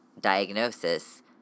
diagnosis